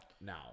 now